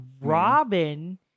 Robin